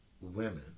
women